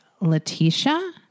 Letitia